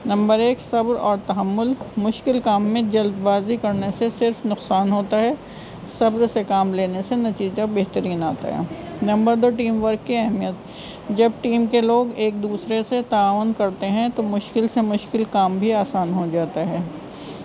number ایک صبر اور تحمل مشکل کام میں جلد بازی کرنے سے صرف نقصان ہوتا ہے صبر سے کام لینے سے نتیجہ بہترین آتا ہے نمبر دو ٹیم ورک کی اہمیت جب ٹیم کے لوگ ایک دوسرے سے تعاون کرتے ہیں تو مشکل سے مشکل کام بھی آسان ہو جاتا ہے